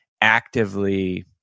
actively